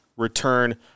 return